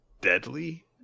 deadly